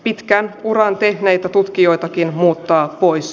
itkän uran tehneitä tutkijoitakin muuttaa pois